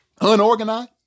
Unorganized